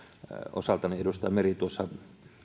osaltani edustaja meri tuossa